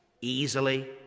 easily